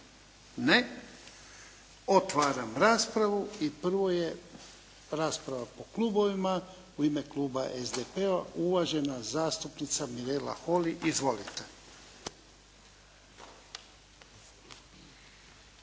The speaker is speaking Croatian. Ne. Otvaram raspravu i prvo je rasprava po klubovima. U ime kluba SDP-a uvažena zastupnica Mirela Holy. Izvolite.